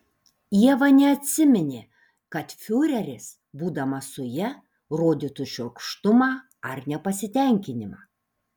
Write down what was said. ieva neatsiminė kad fiureris būdamas su ja rodytų šiurkštumą ar nepasitenkinimą